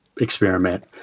experiment